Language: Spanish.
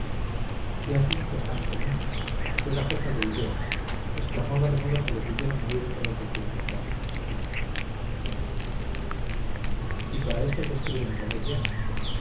qué asuntos tan comunes qué bajeza de ideas exclamaba de modo que le pudieran oír todos los circunstantes y para esto se escriben comedias